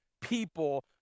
people